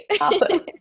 awesome